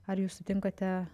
ar jūs sutinkate